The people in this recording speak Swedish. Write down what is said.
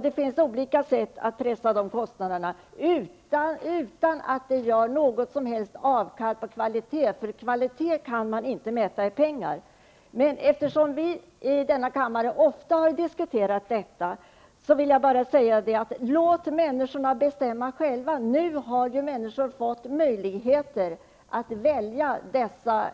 Det finns alltså olika sätt att pressa kostnaderna utan att göra avkall på kvaliteten -- kvalitet kan inte mätas i pengar. Eftersom vi i denna kammare ofta har diskuterat detta vill jag bara säga: Låt människorna bestämma själva! Nu har människor fått möjligheter att välja dessa